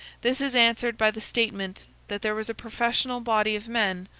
this is answered by the statement that there was a professional body of men,